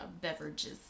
beverages